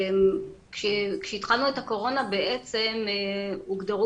כשהתחלנו את הקורונה בעצם הוגדרו